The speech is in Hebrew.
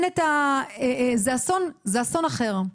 זה אסון אחר.